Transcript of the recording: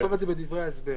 אפשר לכתוב את זה בדברי ההסבר.